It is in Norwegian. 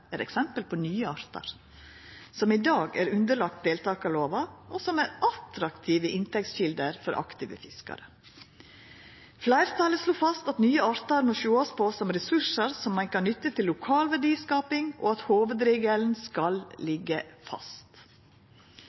er eksempel på nye artar som i dag er underlagde deltakarlova, og som er attraktive inntektskjelder for aktive fiskarar. Fleirtalet slo fast at nye artar må sjåast på som ressursar som ein kan nytta til lokal verdiskaping, og at hovudregelen skal liggja fast.